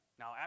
Now